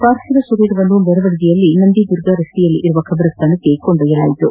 ಪಾರ್ಥಿವ ಶರೀರವನ್ನು ಮೆರವಣಿಗೆಯಲ್ಲಿ ನಂದಿ ದುರ್ಗ ರಸ್ತೆಯಲ್ಲಿರುವ ಖಬರಸ್ತಾನಕ್ಕೆ ತರಲಾಯಿತು